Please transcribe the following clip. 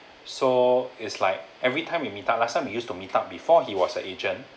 so it's like every time we meet up last time we used to meet up before he was a agent